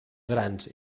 grans